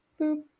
boop